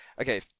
okay